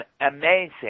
amazing